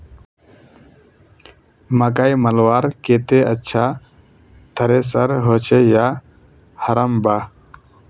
मकई मलवार केते अच्छा थरेसर होचे या हरम्बा?